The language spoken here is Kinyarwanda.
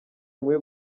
nkwiye